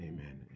Amen